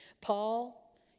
Paul